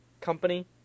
company